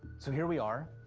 so here we are.